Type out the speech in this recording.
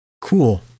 Cool